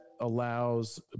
allows